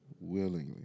Willingly